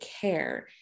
care